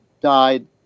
died